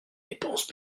dépenses